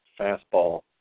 fastball